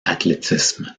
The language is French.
athlétisme